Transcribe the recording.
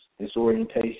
disorientation